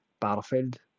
Battlefield